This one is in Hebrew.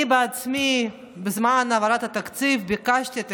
אני בעצמי בזמן העברת התקציב ביקשתי את